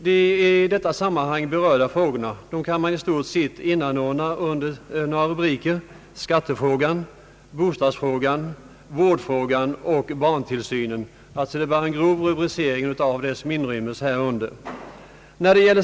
De i detta sammanhang berörda frågorna kan man i stort sett inordna under rubrikerna skattefrågan, bostadsfrågan, vårdfrågan och barntillsynen — det är en grov rubricering av vad som inryms här.